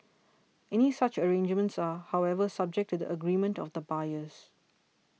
any such arrangements are however subject to the agreement of the buyers